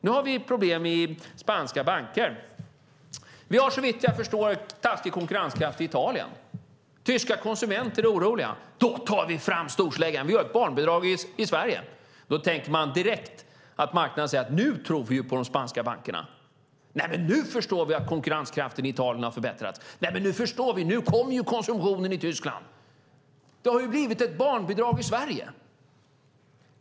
Nu har vi problem i spanska banker. Vi har, så vitt jag förstår, taskig konkurrenskraft i Italien. Tyska konsumenter är oroliga. Då tar man fram storsläggan och gör ett barnbidrag i Sverige! Ska det leda till att marknaden ska börja tro på de spanska bankerna, till att man ska tro att konkurrenskraften i Italien har förbättrats och att man förstår att konsumtionen i Tyskland kommer att öka - för att det har blivit ett barnbidrag i Sverige!